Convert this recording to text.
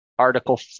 Article